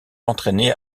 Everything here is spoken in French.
entraînée